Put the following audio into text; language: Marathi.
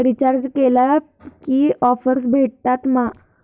रिचार्ज केला की ऑफर्स भेटात मा?